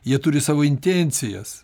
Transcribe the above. jie turi savo intencijas